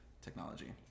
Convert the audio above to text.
technology